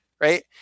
right